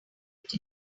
write